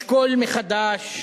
לשקול מחדש.